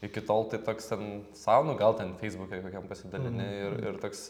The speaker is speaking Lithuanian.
iki tol tai toks ten sau nu gal ten feisbuke kokiam pasidalini ir ir toks